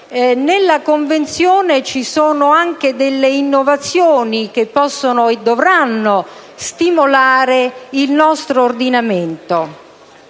La Convenzione contiene anche innovazioni che possono e dovranno stimolare il nostro ordinamento: